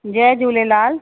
Jay Jhulelal